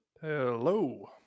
Hello